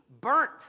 burnt